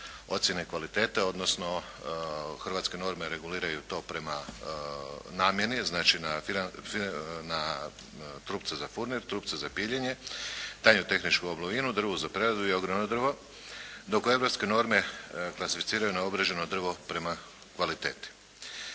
ocjene kvalitete odnosno hrvatske norme reguliraju to prema namjeni znači na trupce za furnir, trupce za piljenje, tanju tehničku … /Govornik se ne razumije./ …, drvo za preradu i ogromno drvo dok europske norme klasificiraju na obrađeno drvo prema kvaliteti.